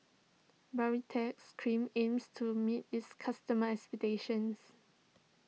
Baritex Cream aims to meet its customers' expectations